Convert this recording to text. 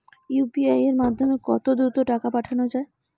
UPI এর মাধ্যমে কত দ্রুত টাকা পাঠানো যায়?